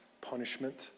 punishment